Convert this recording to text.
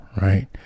Right